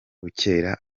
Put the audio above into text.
bukera